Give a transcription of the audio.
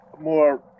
more